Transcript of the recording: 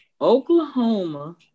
Oklahoma